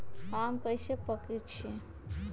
आम कईसे पकईछी?